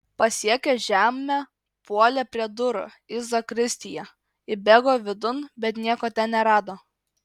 pasiekęs žemę puolė prie durų į zakristiją įbėgo vidun bet nieko ten nerado